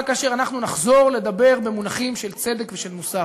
כאשר אנחנו נחזור לדבר במונחים של צדק ושל מוסר,